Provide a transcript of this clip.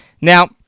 Now